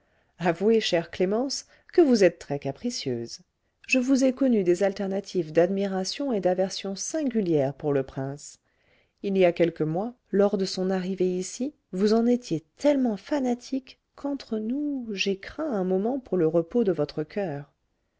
avouez chère clémence que vous êtes très capricieuse je vous ai connu des alternatives d'admiration et d'aversion singulière pour le prince il y a quelques mois lors de son arrivée ici vous en étiez tellement fanatique qu'entre nous j'ai craint un moment pour le repos de votre coeur